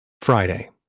Friday